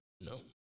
No